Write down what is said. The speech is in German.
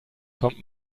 kommt